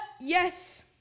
yes